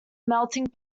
melting